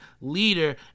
leader